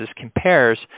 compares